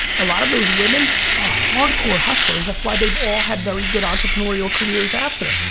a lot of those women are hardcore hustlers. that's why they've all had very good entrepreneurial careers after,